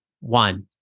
One